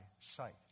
sight